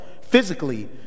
physically